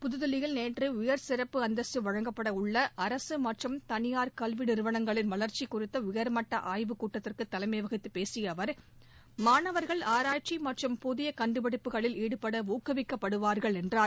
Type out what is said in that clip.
புதுதில்லியில் நேற்று உயர் சிறப்பு அந்தஸ்து வழங்கப்படவுள்ள அரசு மற்றும் தனியார் கல்வி நிறுவனங்களின் வளர்ச்சி குறித்த உயர்மட்ட ஆய்வுக்கூட்டத்திற்கு தலைமை வகித்துப் பேசிய அவர் மாணவர்கள் ஆராய்ச்சி மற்றும் புதிய கண்டுபிடிப்புகளில் ஈடுபட ஊக்குவிக்கப்படுவார்கள் என்றார்